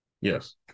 Yes